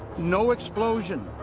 no explosion,